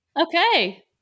Okay